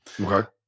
Okay